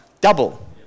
double